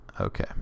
okay